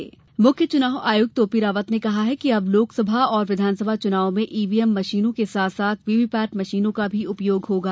मुख्य चुनाव आयुक्त मुख्य चुनाव आयुक्त ओपीरावत ने कहा है कि अब लोक सभा और विधानसभा चुनावों में ईवीएम मशीनों के साथ साथ वीवीपैट मशीनों का भी उपयोग होगा